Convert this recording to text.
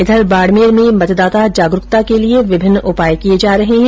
इधर बाडमेर में मतदाता जागरूकता के लिये विभिन्न उपाय किये जा रहे है